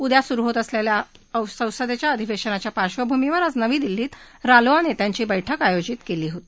उद्या सुरु होत असलेल्या संसदेच्या अधिवेशनाच्या पार्श्वभूमीवर आज नवी दिल्ली इथं रालोआ नेत्यांची बैठक आयोजित करण्यात आली होती